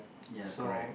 ya correct